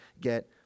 get